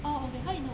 oh okay how you know